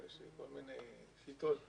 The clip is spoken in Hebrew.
ליזמים יש כל מיני שיטות